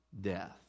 death